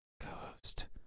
co-host